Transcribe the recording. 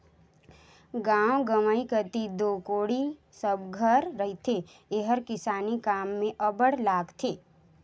गाँव गंवई कती दो कोड़ी सब घर रहथे एहर किसानी काम मे अब्बड़ लागथे